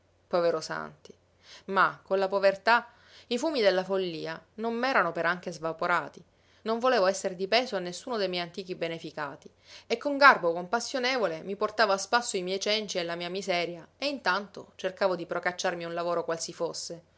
povero santi ma con la povertà i fumi della follia non m'erano per anche svaporati non volevo esser di peso a nessuno de miei antichi beneficati e con garbo compassionevole mi portavo a spasso i miei cenci e la mia miseria e intanto cercavo di procacciarmi un lavoro qual si fosse